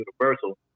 universal